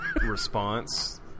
response